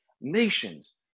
nations